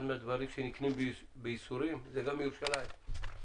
אחד מהדברים שנקנו בייסורים זה גם ירושלים.